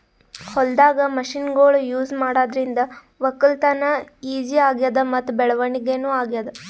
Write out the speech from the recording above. ಹೊಲ್ದಾಗ್ ಮಷಿನ್ಗೊಳ್ ಯೂಸ್ ಮಾಡಾದ್ರಿಂದ ವಕ್ಕಲತನ್ ಈಜಿ ಆಗ್ಯಾದ್ ಮತ್ತ್ ಬೆಳವಣಿಗ್ ನೂ ಆಗ್ಯಾದ್